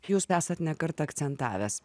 jūs esat ne kartą akcentavęs